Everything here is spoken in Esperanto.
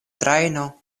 trajno